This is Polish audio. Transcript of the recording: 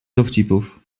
dowcipów